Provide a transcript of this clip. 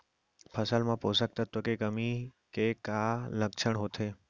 फसल मा पोसक तत्व के कमी के का लक्षण होथे?